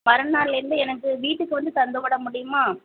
மறுநாள்லேருந்து எனக்கு வீட்டுக்கு வந்து தந்து விட முடியுமா